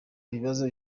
ibibazo